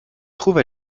trouve